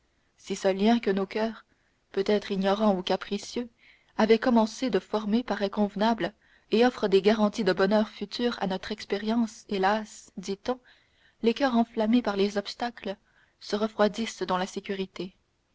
si ce lien que nos coeurs peut-être ignorants ou capricieux avaient commencé de former paraît convenable et offre des garanties de bonheur futur à notre expérience hélas dit-on les coeurs enflammés par les obstacles se refroidissent dans la sécurité